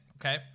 okay